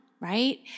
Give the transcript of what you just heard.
right